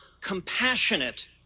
compassionate